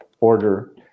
order